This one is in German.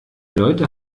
leute